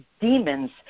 demons